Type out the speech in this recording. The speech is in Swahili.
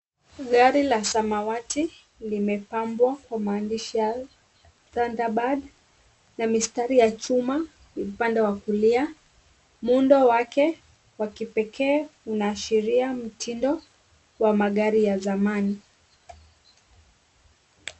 Gari la samawati, limepambwa kwa maandiishi ya, thunder Bird , na mistari ya chuma upande wa kulia. Muundo wake wa kipekee unaashiria mtindo wa magari ya zamani.